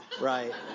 right